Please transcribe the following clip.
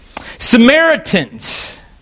Samaritans